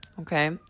Okay